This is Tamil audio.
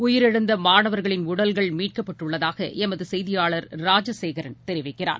உயிரிழந்தமாணவர்களின் உடல்கள் மீட்கப்பட்டுள்ளதாகஎமதுசெய்தியாளர் ராஜசேகரன் தெரிவிக்கிறார்